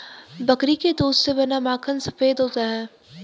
बकरी के दूध से बना माखन सफेद होता है